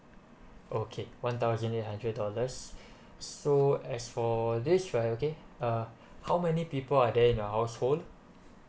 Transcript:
okay one thousand eight hundred dollars so as for this right okay uh how many people are there in your household